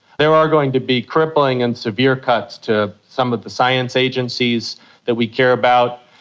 there are going to be crippling and severe cuts to some of the science agencies that we care about.